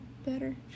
better